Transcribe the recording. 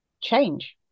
change